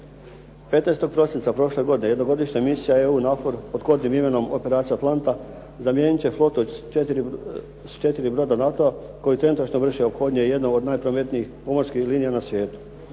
15. prosinca prošle godine jednogodišnja misija EU NAVFOR pod … /Govornik se ne razumije./ … Operacija Atalanta zamijenit će flotu s 4 broda NATO-a koji trenutačno vrše ophodnje jednog od najprometnijih pomorskih linija na svijetu.